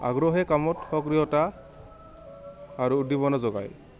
আগ্ৰহেই কামত সক্ৰিয়তা আৰু উদ্দীপনা যোগায়